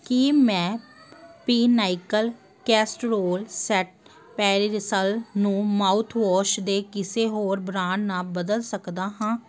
ਕੀ ਮੈਂ ਪੀਨਾਈਕਲ ਕੈਸਰੋਲ ਪੈਰੀਰਿਸਲ ਨੂੰ ਮਾਊਥਵਾਸ਼ ਦੇ ਕਿਸੇ ਹੋਰ ਬ੍ਰਾਂਡ ਨਾਲ ਬਦਲ ਸਕਦਾ ਹਾਂ